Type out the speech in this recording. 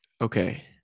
okay